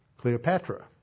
Cleopatra